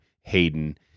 Hayden